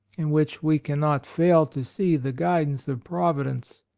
in which we can not fail to see the guidance of providence.